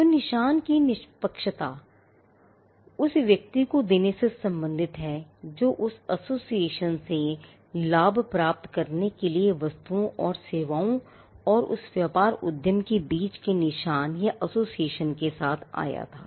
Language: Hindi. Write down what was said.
तो निशान का निष्पक्षता उस व्यक्ति को देने से संबंधित है जो उस एसोसिएशन से लाभ प्राप्त करने के लिए वस्तुओं और सेवाओं और उसके व्यापार उद्यम के बीच के निशान या एसोसिएशन के साथ आया था